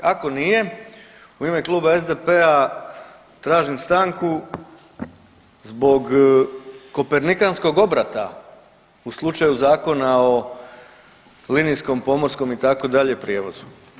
Ako nije, u ime Kluba SDP-a, tražim stanku zbog kopernikanskog obrata u slučaju Zakona o linijskom, pomorskom i tako dalje prijevozu.